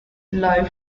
live